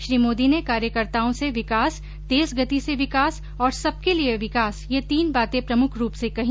श्री मोदी ने कार्यकर्ताओं से विकास तेज गति से विकास और सबके लिए विकास ये तीन बातें प्रमुख रूप से कही